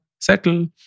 settle